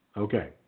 Okay